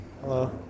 Hello